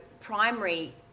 primary